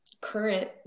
current